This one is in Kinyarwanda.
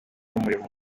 umurimo